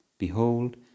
Behold